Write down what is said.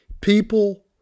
people